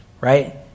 right